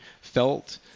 felt